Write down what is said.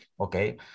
Okay